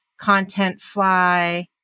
Contentfly